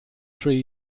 three